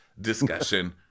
discussion